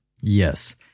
Yes